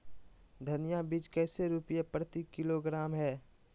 धनिया बीज कैसे रुपए प्रति किलोग्राम है?